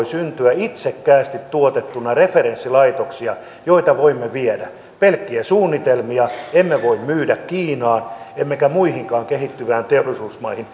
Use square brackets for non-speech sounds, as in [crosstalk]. [unintelligible] syntyä itsekkäästi tuotettuina referenssilaitoksia joita voimme viedä pelkkiä suunnitelmia emme voi myydä kiinaan emmekä muihinkaan kehittyviin teollisuusmaihin [unintelligible]